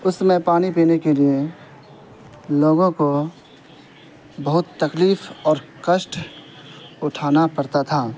اس سمے پانی پینے کے لیے لوگوں کو بہت تکلیف اور کشٹ اٹھانا پڑتا تھا